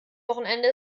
wochenende